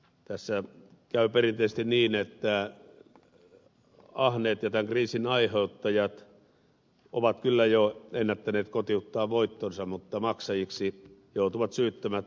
tässä käy perinteisesti niin että ahneet ja tämän kriisin aiheuttajat ovat kyllä jo ennättäneet kotiuttaa voittonsa mutta maksajiksi joutuvat syyttömät veronmaksajat kautta maailman